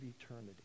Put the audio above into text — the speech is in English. eternity